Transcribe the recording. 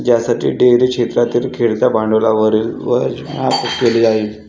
ज्यासाठी डेअरी क्षेत्रातील खेळत्या भांडवलावरील व्याज माफ केले जाईल